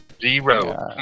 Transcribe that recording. zero